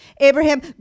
Abraham